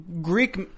Greek